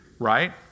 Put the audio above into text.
Right